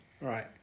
Right